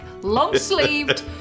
long-sleeved